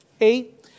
Eight